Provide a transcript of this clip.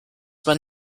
man